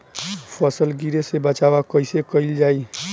फसल गिरे से बचावा कैईसे कईल जाई?